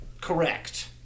Correct